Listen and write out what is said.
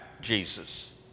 Jesus